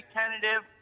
tentative